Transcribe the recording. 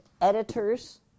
editors